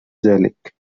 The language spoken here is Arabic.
ذلك